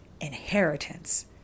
inheritance